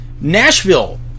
Nashville